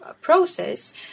process